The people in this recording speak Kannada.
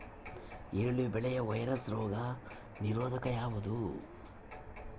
ಈರುಳ್ಳಿ ಬೆಳೆಯ ವೈರಸ್ ರೋಗ ನಿರೋಧಕ ಯಾವುದು?